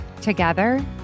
Together